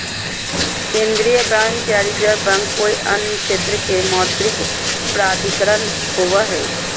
केन्द्रीय बैंक या reserve bank कोय अन्य क्षेत्र के मौद्रिक प्राधिकरण होवो हइ